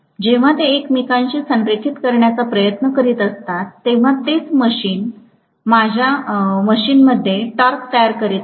जेव्हा ते एकमेकांशी संरेखित करण्याचा प्रयत्न करीत असतात तेव्हा तेच माझ्या मशीनमध्ये टॉर्क तयार करीत आहे